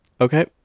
Okay